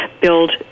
build